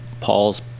Paul's